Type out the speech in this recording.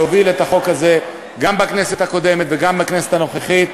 שהוביל את החוק הזה גם בכנסת הקודמת וגם בכנסת הנוכחית,